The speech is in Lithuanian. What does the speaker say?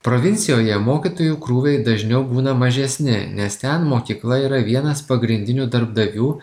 provincijoje mokytojų krūviai dažniau būna mažesni nes ten mokykla yra vienas pagrindinių darbdavių